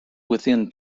within